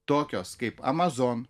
tokios kaip amazon